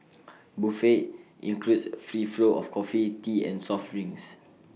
buffet includes free flow of coffee tea and soft drinks